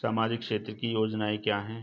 सामाजिक क्षेत्र की योजनाएं क्या हैं?